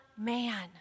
man